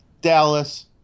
Dallas